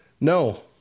No